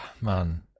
Man